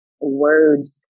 words